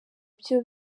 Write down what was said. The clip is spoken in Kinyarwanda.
byo